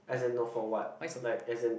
as in no for what like as in